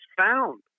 found